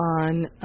on